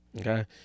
okay